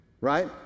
right